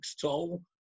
toll